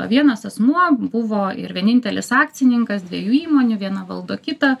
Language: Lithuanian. vienas asmuo buvo ir vienintelis akcininkas dviejų įmonių viena valdo kitą